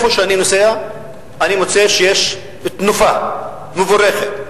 איפה שאני נוסע אני מוצא שיש תנופה מבורכת,